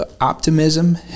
optimism